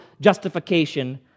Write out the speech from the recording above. justification